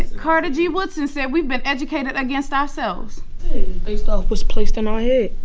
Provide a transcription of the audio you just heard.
carter g. woodson said we've been educated against ourselves based off what's placed in our head